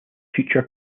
future